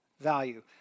value